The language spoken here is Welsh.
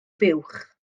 buwch